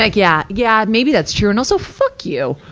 like yeah. yeah. maybe that's true. and also, fuck you!